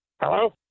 Hello